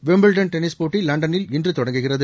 Wimbledon tennis போட்டி லண்டனில் இன்று தொடங்குகிறது